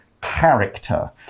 character